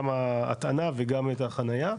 גם ההטענה וגם את החנייה.